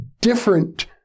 different